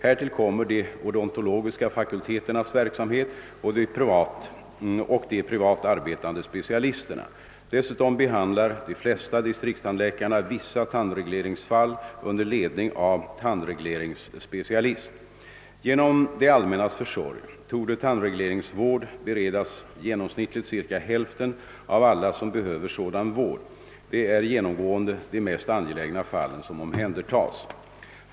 Härtill kommer de odontologiska fakulteternas verksamhet och de privat arbetande specialisterna. Dessutom behandlar de flesta distriktstandläkarna vissa tandregleringsfall under ledning av tandregleringsspecialist. Genom det allmännas försorg torde tandregleringsvård beredas genomsnittligt cirka hälften av alla som behöver sådan vård. Det är genomgående de mest angelägna fallen som omhändertas.